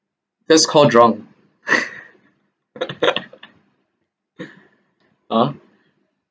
that's called drunk ah